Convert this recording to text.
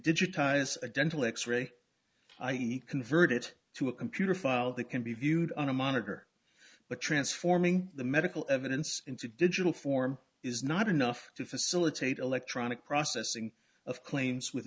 digitize a dental x ray i e convert it to a computer file that can be viewed on a monitor but transforming the medical evidence into digital form is not enough to facilitate electronic processing of claims with